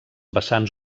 vessants